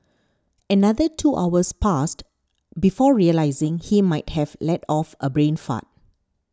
another two hours passed before realising he might have let off a brain fart